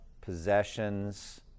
possessions